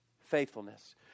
faithfulness